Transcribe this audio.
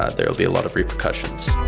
ah there will be a lot of repercussions.